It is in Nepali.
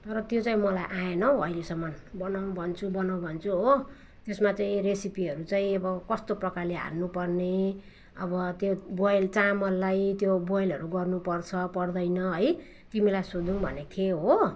तर त्यो चाहिँ मलाई आएन हौ अहिलेसम्म बनाऊँ भन्छु बनाऊँ भन्छु हो त्यसमा चाहिँ रेसिपीहरू चाहिँ अब कस्तो प्रकारले हाल्नुपर्ने अब त्यो बोइल चामललाई त्यो बोइलहरू गर्नुपर्छ पर्दैन है तिमीलाई सोधौँ भनेको थिएँ हो